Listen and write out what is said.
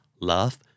love